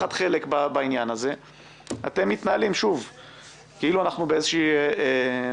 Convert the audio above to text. ולקחת חלק בעניין הזה אתם מתנהלים כאילו אנחנו באיזו מסיבה?